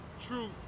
truth